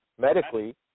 medically